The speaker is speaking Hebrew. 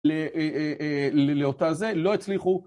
לאותה זה, לא הצליחו